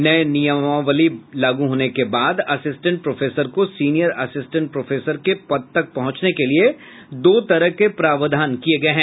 नये नियमावली लागू होने के बाद असिस्टेंट प्रोफेसर को सीनियर असिस्टेंट प्रोफेसर के पद तक पहुंचने के लिये दो तरह के प्रावधान किये गये हैं